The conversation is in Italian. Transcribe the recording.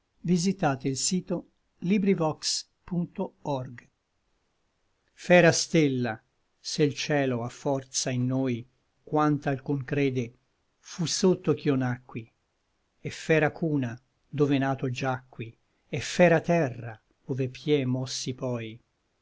cotal radice fera stella se l cielo à forza in noi quant'alcun crede fu sotto ch'io nacqui et fera cuna dove nato giacqui et fera terra ove pie mossi poi